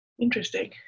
Interesting